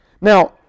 Now